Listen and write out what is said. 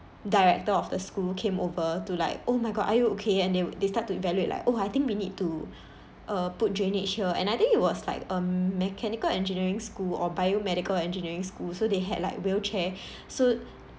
director of the school came over to like oh my god are you okay and they they start to evaluate like oh I think we need to uh put drainage here and I think it was like um mechanical engineering school or biomedical engineering school so they had like wheelchair so